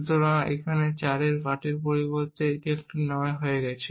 সুতরাং এখানে 8 এর পরিবর্তে এটি একটি 9 হয়ে গেছে